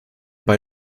bei